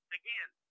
again